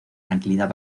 tranquilidad